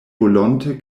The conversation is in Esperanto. volonte